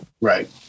Right